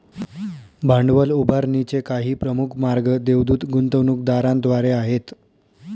भांडवल उभारणीचे काही प्रमुख मार्ग देवदूत गुंतवणूकदारांद्वारे आहेत